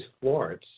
florence